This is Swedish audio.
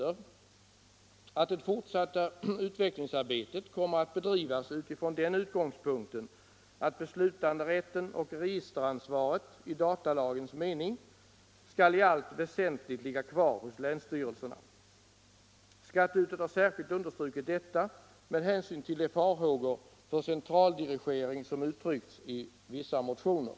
Nr 96 att det fortsatta utvecklingsarbetet kommer att bedrivas utifrån den utgångs Torsdagen den punkten att beslutanderätten och registeransvaret i datalagens mening skall 29 maj 1975 i allt väsentligt ligga kvar hos länsstyrelserna. Skatteutskottet har särskilt understrukit detta med hänsyn till de farhågor för centraldirigering som = Nytt system för uttryckts i vissa motioner.